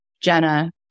Jenna